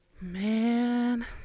Man